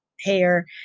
hair